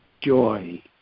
joy